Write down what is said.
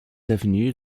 devenue